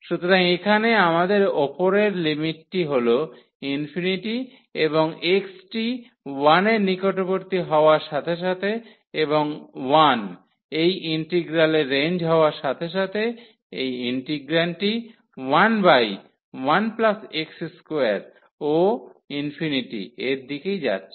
সুতরাং এখানে আমাদের উপরের লিমিটটি হল ∞ এবং x টি 1 এর নিকটবর্তী হওয়ার সাথে সাথে এবং 1 এই ইন্টিগ্রালের রেঞ্জ হওয়ার সাথে সাথে এই ইন্টিগ্রান্ডটি 11 x2 ও ∞ এর দিকেই যাচ্ছে